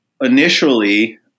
initially